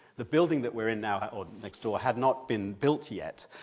the building that we're in now, or next door, had not been built yet.